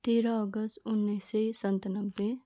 तेह्र अगस्त उन्नाइस सय सन्तानब्बे